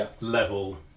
level